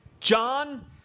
John